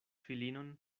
filinon